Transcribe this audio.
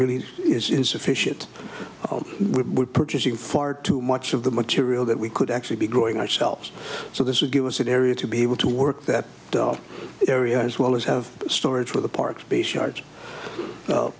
really is insufficient we were purchasing far too much of the material that we could actually be growing ourselves so this would give us an area to be able to work that area as well as have storage for the parks be shar